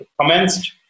commenced